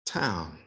town